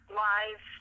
live